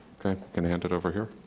can hand it over here.